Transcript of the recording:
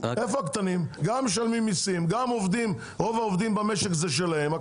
גם משלמים מיסים, רוב העובדים במשק זה שלהם.